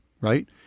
right